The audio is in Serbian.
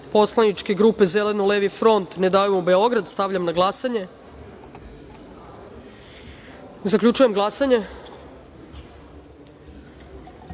poslaničke grupe Zeleno-Levi front-Ne davimo Beograd. Stavljam na glasanje. Zaključujem glasanje: